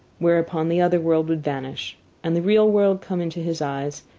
whereupon the other world would vanish and the real world come into his eyes,